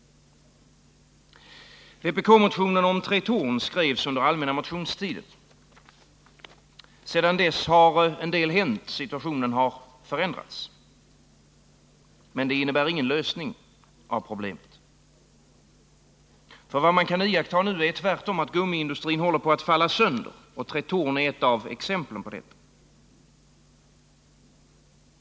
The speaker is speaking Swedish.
Vpk-motionen om Tretorn skrevs under allmänna motionstiden. Sedan dess har en del hänt, och situationen har förändrats. Men det innebär ingen lösning av problemet. Vad man kan iaktta nu är tvärtom att gummiindustrin håller på att falla sönder, och Tretorn är ett av exemplen på detta.